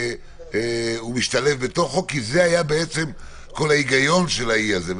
הוא משתלב בתוכו כי זה היה בעצם כל ההיגיון של האי הזה.